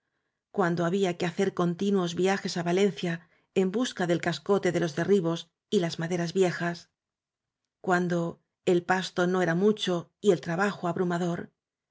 cuando había que hacer continuos viajes á valencia en busca del cascote de los derribos y las maderas viejas cuando el pasto no era mucho y el tra bajo abrumador